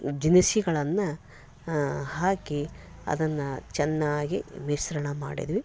ದಿನಸಿಗಳನ್ನು ಹಾಕಿ ಅದನ್ನು ಚೆನ್ನಾಗಿ ಮಿಶ್ರಣ ಮಾಡಿದ್ವಿ